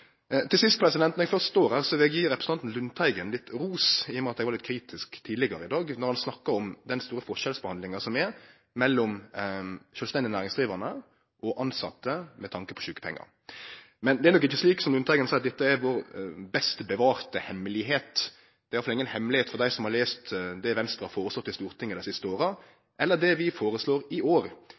Til sist: Når eg først står her, vil eg gje representanten Lundteigen litt ros, i og med at eg var litt kritisk tidlegare i dag, når han snakka om den store forskjellsbehandlinga som er mellom sjølvstendig næringsdrivande og tilsette med tanke på sjukepengar. Men det er nok ikkje slik som Lundteigen seier, at dette er vår best bevarte hemmelegheit. Det er iallfall inga hemmelegheit for dei som har lese det Venstre har foreslått i Stortinget dei siste åra, eller det vi foreslår i år.